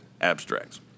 abstracts